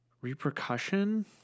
repercussion